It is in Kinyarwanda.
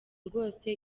rwose